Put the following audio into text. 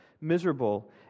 miserable